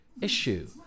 issue